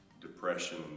depression